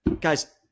Guys